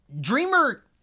Dreamer